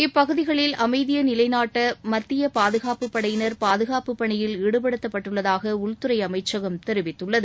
இப்பகுதிகளில் அமைதியை நிலைநாட்ட மத்திய பாதுகாப்புப் படையினர் பாதுகாப்புப் பணியில் ஈடுபடுத்தப்பட்டுள்ளதாக உள்துறை அமைச்சகம் தெிவித்துள்ளது